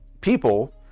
people